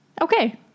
Okay